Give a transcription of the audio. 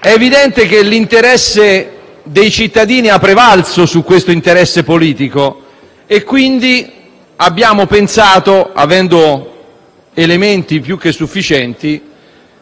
È evidente che l'interesse dei cittadini ha prevalso su questo interesse politico e, quindi, abbiamo pensato, avendo elementi più che sufficienti,